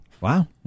Wow